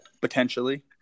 Potentially